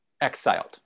exiled